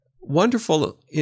wonderful